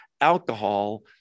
alcohol